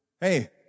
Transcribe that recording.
Hey